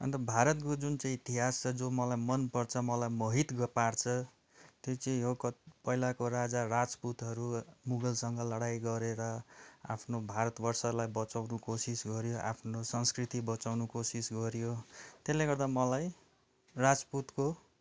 अन्त भारतको जुन चाहिँ इतिहास छ जो मलाई मनपर्छ मलाई मोहित पार्छ त्यो चाहिँ हो पहिलाको राजा राजपुतहरू मुगलसँग लडाईँ गरेर आफ्नो भारत वर्षलाई बचाउन कोसिस गऱ्यो आफ्नो संस्कृति बचाउन कोसिस गऱ्यो त्यसले गर्दा मलाई राजपुतको